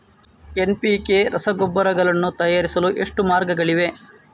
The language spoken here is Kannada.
ಎನ್.ಪಿ.ಕೆ ರಸಗೊಬ್ಬರಗಳನ್ನು ತಯಾರಿಸಲು ಎಷ್ಟು ಮಾರ್ಗಗಳಿವೆ?